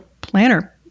planner